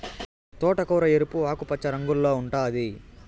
తోటకూర ఎరుపు, ఆకుపచ్చ రంగుల్లో ఉంటాది